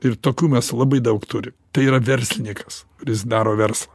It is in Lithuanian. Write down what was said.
ir tokių mes labai daug turi tai yra verslininkas kuris daro verslą